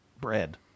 bread